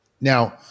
Now